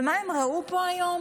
ומה הם ראו פה היום?